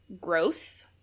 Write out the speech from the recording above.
growth